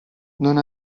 non